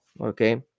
Okay